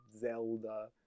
Zelda